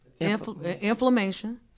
Inflammation